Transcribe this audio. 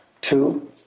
Two